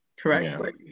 correctly